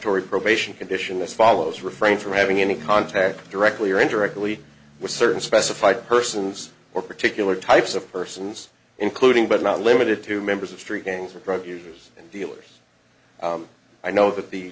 tory probation condition as follows refrain from having any contact directly or indirectly with certain specified persons or particular types of persons including but not limited to members of street gangs or drug users and dealers i know that the